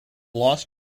lost